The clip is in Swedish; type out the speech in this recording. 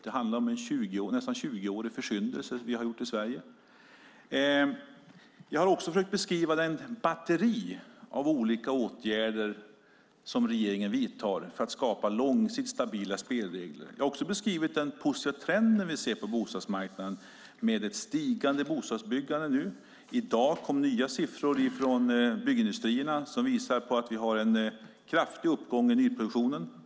Det handlar om en nästan 20-årig försyndelse i Sverige. Jag har också försökt beskriva det batteri av olika åtgärder som regeringen vidtar för att skapa långsiktigt stabila spelregler. Jag har också beskrivit den positiva trenden vi ser på bostadsmarknaden med ett stigande bostadsbyggande nu. I dag kom nya siffror från byggindustrierna som visar på att vi har en kraftig uppgång i nyproduktionen.